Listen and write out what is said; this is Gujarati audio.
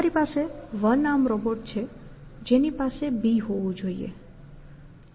તમારી પાસે વન આર્મ રોબોટ છે જેની પાસે B હોવું જોઈએ